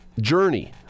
Journey